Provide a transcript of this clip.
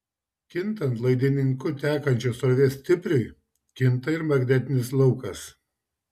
kintant laidininku tekančios srovės stipriui kinta ir magnetinis laukas